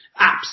apps